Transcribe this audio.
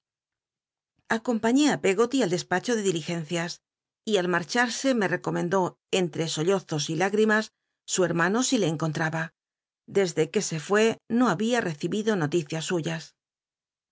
acompañé ti peggoly al despaho de diligencias y al march ll'se me tecomendó entre sollozos y lágtimas su hetmano si le enconttaba desde que se fué no había recibido noticias suyas